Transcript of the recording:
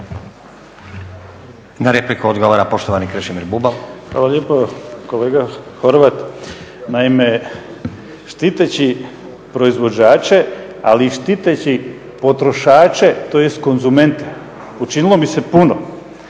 Na repliku odgovara poštovani Krešimir Bubalo. **Bubalo, Krešimir (HDSSB)** Hvala lijepo. Kolega Horvat, naime štiteći proizvođače, ali i štiteći potrošače tj. konzumente učinilo mi se puno